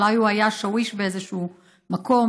אולי הוא היה שוויש באיזשהו מקום,